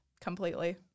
Completely